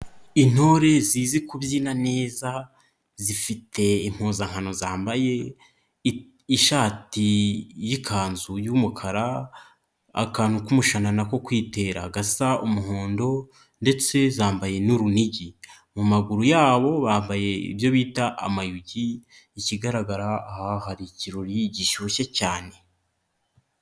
Intore zizi kubyina neza, zifite impuzankano zambaye, ishati y'ikanzu y'umukara akantu k'umushanana ko kwitera agasa umuhondo, ndetse zambaye n'urunigi, mu maguru yabo bambaye ibyo bita amayugi. Ikigaragara aha hari ikirori gishyushye cyane.